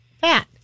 fat